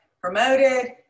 promoted